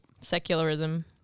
Secularism